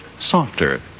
softer